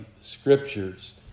scriptures